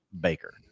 baker